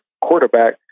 quarterback